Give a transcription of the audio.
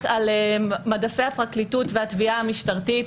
על מדפי הפרקליטות והתביעה המשטרתית